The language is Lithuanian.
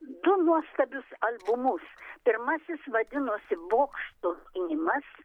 du nuostabius albumus pirmasis vadinosi bokšto gynimas